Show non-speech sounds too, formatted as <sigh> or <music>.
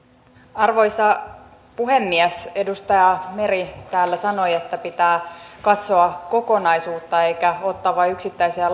arvoisa puhemies edustaja meri täällä sanoi että pitää katsoa kokonaisuutta eikä ottaa vain yksittäisiä <unintelligible>